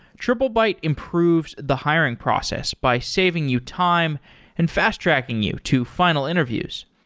triplebyte improves the hiring process by saving you time and fast-tracking you to final interviews.